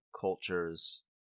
cultures